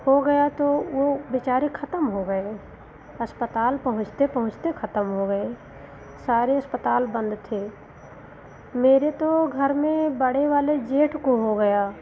हो गया तो वह बेचारे ख़त्म हो गए अस्पताल पहुँचते पहुँचते ख़त्म हो गए सारे अस्पताल बंद थे मेरे तो घर में बड़े वाले जेठ को हो गया